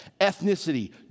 ethnicity